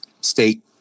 state